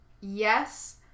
Yes